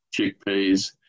chickpeas